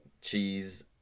Cheese